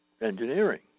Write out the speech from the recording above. engineering